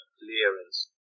clearance